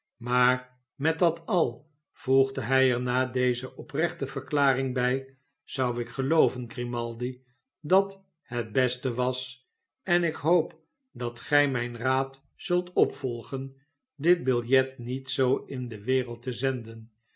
maar met dat al voegde hij er na deze oprechte verklaring bij zou ik gelooven grimaldi dat het beste was en ik hoop dat gij mijn raad zult opvolgen dit biljet niet zoo in de wereld te zenden